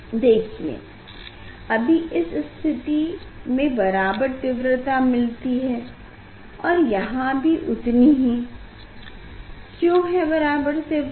देखिए मैं अभी इस स्थिति में बराबर तीव्रता मिलती है और यहाँ भी उतनी ही क्यो है बराबर तीव्रता